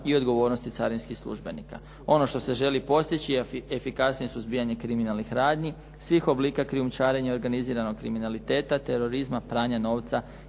i odgovornosti carinskih službenika. Ono što se želi postići je efikasnije suzbijanje kriminalnih radnji, svih oblika krijumčarenja i organiziranog kriminaliteta, terorizma, pranja novca